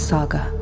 Saga